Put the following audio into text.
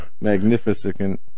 Magnificent